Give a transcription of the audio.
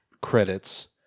credits